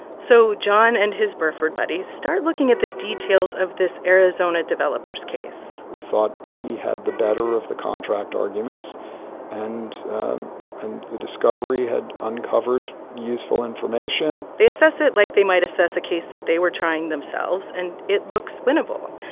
so jon and his burford buddies start looking at the details of this arizona developer's case we thought he had the better of the contract arguments and and the discovery had uncovered useful information they assess it like they might assess a case that they were trying themselves, and it looks winnable.